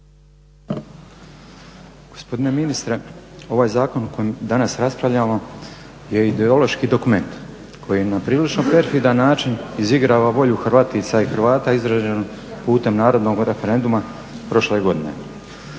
Gospodine ministre, ovaj zakon o kojem danas raspravljamo je ideološki dokument koji na prilično perfidan način izigrava volju Hrvatica i Hrvata izraženo putem narodnog referenduma prošle godine.